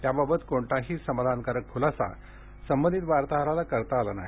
त्याबाबत कोणताही समाधानकारक खूलासा संबंधित वार्ताहराला करता आलेला नाही